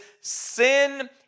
sin